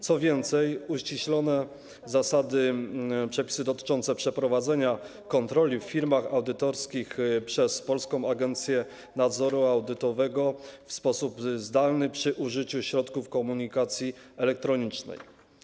Co więcej, uściślone zostały przepisy dotyczące przeprowadzania kontroli w firmach audytorskich przez Polską Agencję Nadzoru Audytowego w sposób zdalny przy użyciu środków komunikacji elektronicznej.